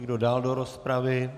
Kdo dál do rozpravy?